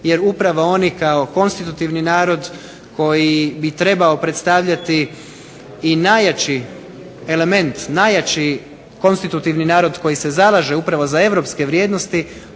jer upravo oni kao konstitutivni narod koji bi trebao predstavljati i najjači element, najjači konstitutivni narod koji se zalaže upravo za europske vrijednosti,